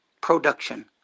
production